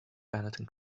benetton